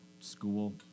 school